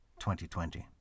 2020